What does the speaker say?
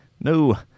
No